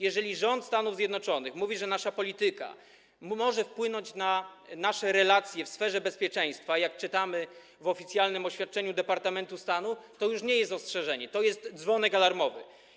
Jeżeli rząd Stanów Zjednoczonych mówi, że nasza polityka może wpłynąć na nasze relacje w sferze bezpieczeństwa, jak czytamy w oficjalnym oświadczeniu Departamentu Stanu USA, to już nie jest to ostrzeżenie, to jest dzwonek alarmowy.